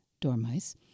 Dormice